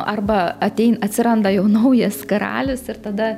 arba atein atsiranda jau naujas karalius ir tada